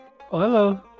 hello